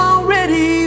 Already